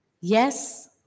Yes